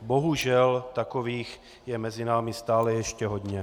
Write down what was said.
Bohužel, takových je mezi námi stále ještě hodně.